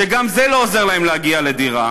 שגם זה לא עוזר להם להגיע לדירה,